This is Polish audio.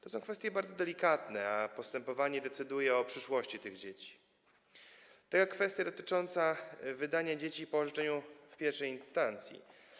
To są kwestie bardzo delikatne, a postępowanie decyduje o przyszłości tych dzieci, tak jak kwestia dotycząca wydania dzieci po orzeczeniu wydanym w pierwszej instancji.